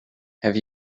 have